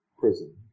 Prison